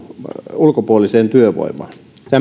ulkopuoliseen työvoimaan